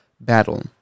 battle